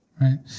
right